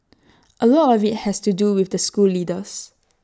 A lot of IT has to do with the school leaders